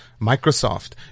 Microsoft